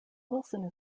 wilson